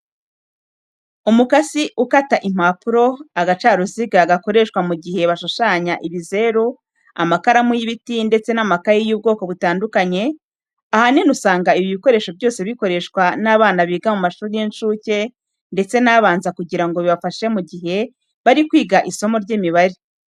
Umukasi ukata impapuro, agacaruziga gakoreshwa mu gihe bashushanya ibizeru, amakaramu y'ibiti ndetse n'amakayi y'ubwoko butandukanye, ahanini usanga ibi bikoresho byose bikoreshwa n'abana biga mu mashuri y'incuke ndetse n'abanza kugira ngo bibafashe mu gihe bari kwiga isomo ry'imibare.